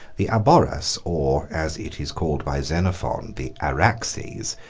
the aboras, or, as it is called by xenophon, the araxes,